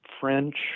French